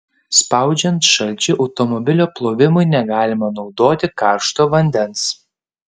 spaudžiant šalčiui automobilio plovimui negalima naudoti karšto vandens